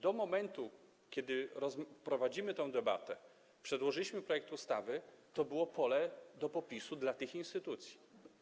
Do momentu, kiedy prowadzimy tę debatę, przedłożyliśmy projekt ustawy, to było pole do popisu dla tych instytucji.